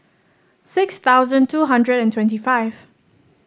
six thousand two hundred and twenty five